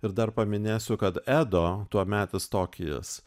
ir dar paminėsiu kad edo tuometis tokijas